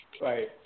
Right